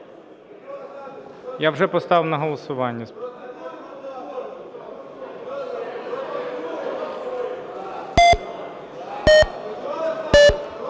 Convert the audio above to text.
Я вже поставив на голосування.